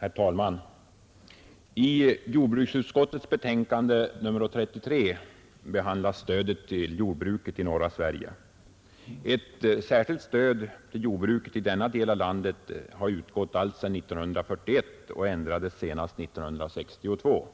Herr talman! I jordbruksutskottets betänkande nr 33 behandlas stödet till jordbruket i norra Sverige. Ett särskilt stöd till jordbruket i denna del av landet har utgått alltsedan 1941 och ändrades senast 1962.